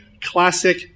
classic